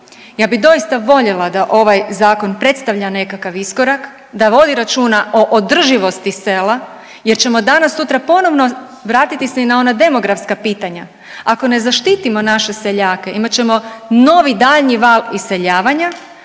Ja bih doista voljela da ovaj zakon predstavlja nekakav iskorak, da vodi računa o održivosti sela, jer ćemo danas sutra ponovno vratiti se i na ona demografska pitanja. Ako ne zaštitimo naše seljake imat ćemo novi, daljnji val iseljavanja,